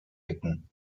ecken